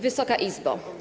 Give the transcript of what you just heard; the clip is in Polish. Wysoka Izbo!